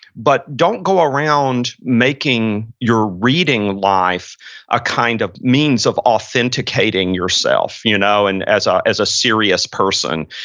but don't go around making your reading life a kind of means of authenticating yourself you know and as a ah as a serious person.